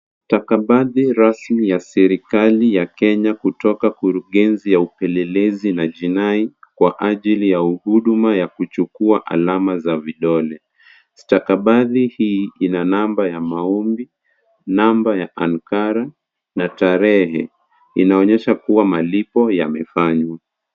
Stakabadhi rasmi ya serikali ya Kenya kutoka kurugenzi ya upelelezi na jinai, kwa ajili ya huduma ya kuchukua alama za vidole. Stakabadhi hii ina namba ya maombi, namba ya ankara na tarehe. Inaonyesha kuwa malipo yamefanywa.